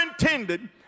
intended